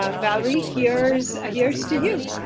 ah valerie, here's ah here's to you.